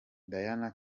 diana